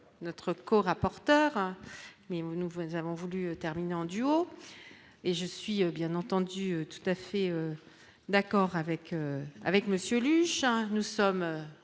notre co-rapporteur mais nous vous nous avons voulu terminer en duo, et je suis bien entendu tout à fait d'accord avec avec monsieur nous sommes